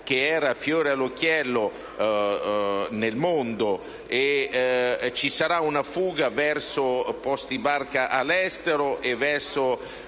che era fiore all'occhiello nel mondo e ci sarebbe stata una fuga verso posti barca all'estero e molti